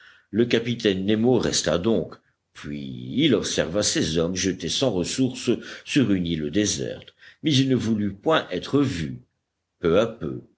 le capitaine nemo resta donc puis il observa ces hommes jetés sans ressource sur une île déserte mais il ne voulut point être vu peu à peu